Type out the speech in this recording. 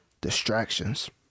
distractions